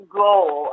goal